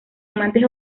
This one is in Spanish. amantes